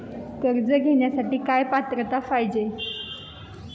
कर्ज घेण्यासाठी काय पात्रता पाहिजे?